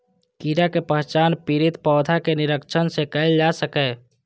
कीड़ा के पहचान पीड़ित पौधा के निरीक्षण सं कैल जा सकैए